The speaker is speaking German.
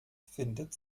findet